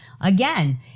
Again